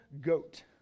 goat